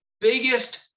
biggest